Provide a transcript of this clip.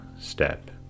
step